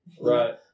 Right